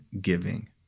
giving